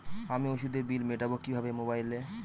আমি ওষুধের বিল মেটাব কিভাবে মোবাইলে?